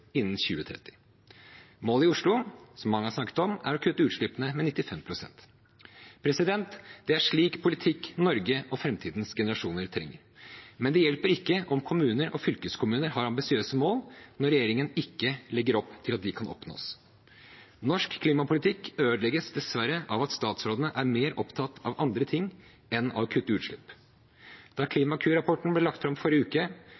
innen 2030. Målet i Oslo, som man har snakket om, er å kutte utslippene med 95 pst. Det er slik politikk Norge og framtidens generasjoner trenger. Men det hjelper ikke om kommuner og fylkeskommuner har ambisiøse mål når regjeringen ikke legger opp til at de kan oppnås. Norsk klimapolitikk ødelegges dessverre av at statsrådene er mer opptatt av andre ting enn å kutte utslipp. Da Klimakur-rapporten ble lagt fram forrige uke,